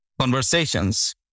conversations